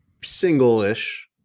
single-ish